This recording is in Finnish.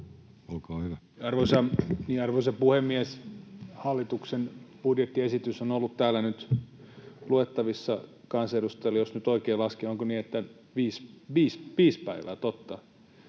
Content: Arvoisa puhemies! Hallituksen budjettiesitys on ollut täällä nyt luettavissa kansanedustajilla, jos nyt oikein laskin, onko niin, että viisi [Pia